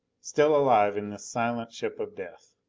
still alive in this silent ship of death.